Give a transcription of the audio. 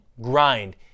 grind